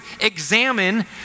examine